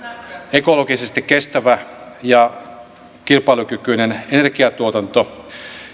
ekologisesti kestävä ja kilpailukykyinen energiatuotanto